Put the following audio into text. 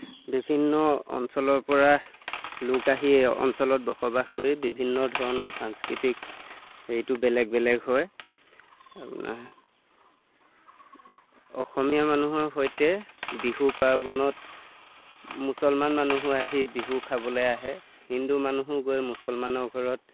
বিভিন্ন অঞ্চলৰ পৰা লোক আহি এই অঞ্চলত বসবাস কৰি বিভিন্ন ধৰণৰ সাংস্কৃতিক সেইটো বেলেগ বেলেগ হয় অসমীয়া মানুহৰ সৈতে বিহু পাৰ্বনত মুছলমান মানুহো আহি বিহু খাবলৈ আহে হিন্দু মানুহো গৈ মুছলমানৰ ঘৰত